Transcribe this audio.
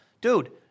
dude